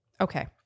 Okay